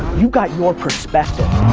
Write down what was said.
you've got your perspective.